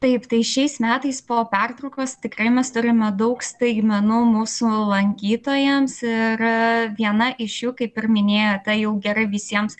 taip tai šiais metais po pertraukos tikrai mes turime daug staigmenų mūsų lankytojams ir viena iš jų kaip ir minėjote jau gerai visiems